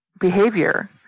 behavior